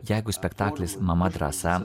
jeigu spektaklis mama drąsa